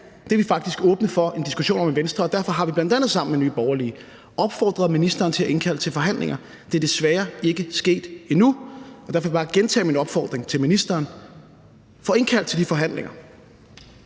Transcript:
det er vi faktisk åbne over for en diskussion om i Venstre, og derfor har vi bl.a. sammen med Nye Borgerlige opfordret ministeren til at indkalde til forhandlinger. Det er desværre ikke sket endnu, og derfor vil jeg bare gentage min opfordring til ministeren: Få indkaldt til de forhandlinger!